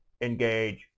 Engage